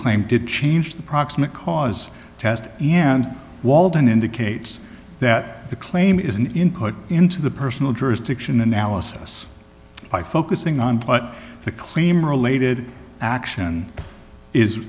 claim did change the proximate cause test and walden indicates that the claim is an input into the personal jurisdiction analysis by focusing on but the claim related action is